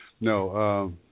No